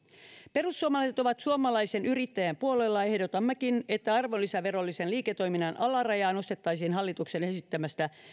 perussuomalaiset ovat suomalaisen yrittäjän puolella ehdotammekin että arvonlisäverollisen liiketoiminnan alarajaa nostettaisiin hallituksen esittämästä